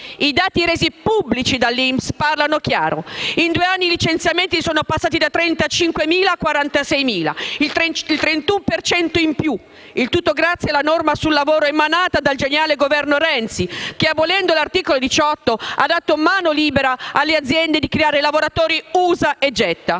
I dati resi pubblici dall'Inps parlano chiaro: in due anni i licenziamenti sono passati da 35 a 46 mila, il 31 per cento in più. Il tutto grazie alla norma sul lavoro emanata dal geniale governo Renzi che, abolendo l'articolo 18, ha dato mano libera alle aziende di creare lavoratori usa e getta.